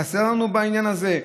חסר לנו בעניין הזה?